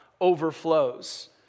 overflows